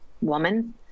woman